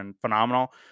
phenomenal